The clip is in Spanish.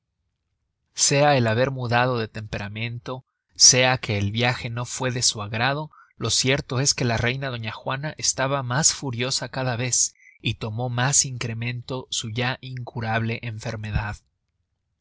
sea el haber mudado de temperamento sea que el viaje no fue de su agrado lo cierto es que la reina doña juana estaba mas furiosa cada vez y tomó mas incremento su ya incurable enfermedad